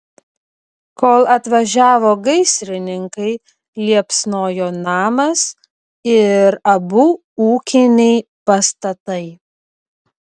kol atvažiavo gaisrininkai liepsnojo namas ir abu ūkiniai pastatai